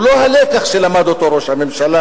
הוא לא הלקח שלמד אותו ראש הממשלה,